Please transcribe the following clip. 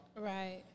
right